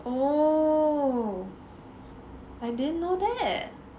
oo I didn't know that